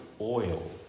oil